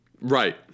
right